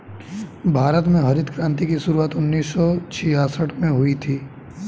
भारत में हरित क्रान्ति की शुरुआत उन्नीस सौ छियासठ में हुई थी